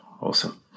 awesome